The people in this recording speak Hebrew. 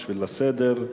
בשביל הסדר,